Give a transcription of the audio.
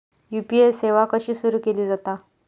UPI सेवा कशी सुरू केली जाता?